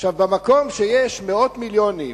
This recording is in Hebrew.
במקום שיש מאות מיליונים